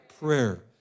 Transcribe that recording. prayer